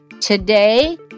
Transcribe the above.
Today